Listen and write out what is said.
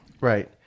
Right